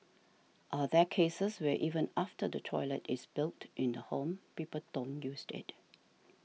are there cases where even after the toilet is built in the home people don't use it